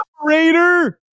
operator